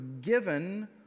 given